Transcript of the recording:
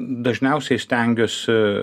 dažniausiai stengiuosi